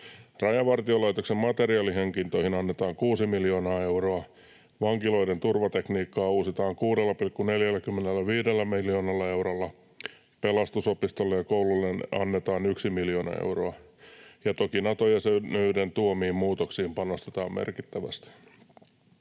Rajavartiolaitoksen materiaalihankintoihin annetaan 6 miljoonaa euroa, vankiloiden turvatekniikkaa uusitaan 6,45 miljoonalla eurolla, Pelastusopistolle ja -koululle annetaan yksi miljoona euroa, ja toki Nato-jäsenyyden tuomiin muutoksiin panostetaan merkittävästi.